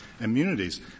immunities